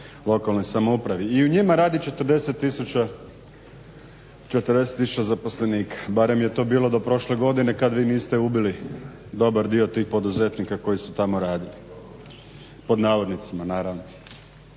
lokalnoj samoupravi i u njima radi 40 tisuća zaposlenika. Barem je to bilo do prošle godine kad vi niste ubili dobar dio tih poduzetnika koji su tamo radili pod navodnicima naravno